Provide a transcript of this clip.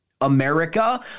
America